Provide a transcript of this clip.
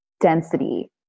Density